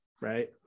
right